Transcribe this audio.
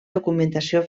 documentació